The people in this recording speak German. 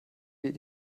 geht